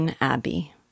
Abbey